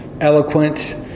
eloquent